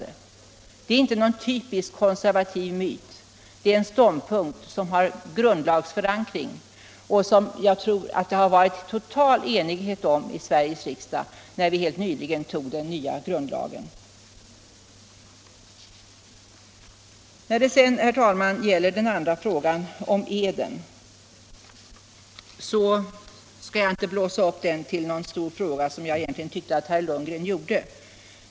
Det 182 är inte någon typisk konservativ myt utan en ståndpunkt som har grund lagsförankring och som det rådde total enighet om i Sveriges riksdag när vi helt nyligen antog den nya grundlagen. Frågan om eden skall jag inte blåsa upp till någon stor fråga, vilket jag egentligen tyckte att herr Lundgren gjorde.